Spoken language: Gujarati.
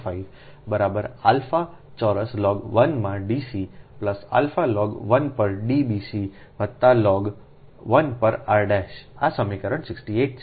4605 બરાબર આલ્ફા ચોરસ log 1 માં D c plus alpha log 1 પર D bc વત્તા લોગ 1 પર r આ સમીકરણ 68 છે